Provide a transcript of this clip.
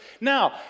Now